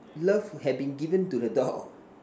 love had been given to the dog